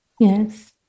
Yes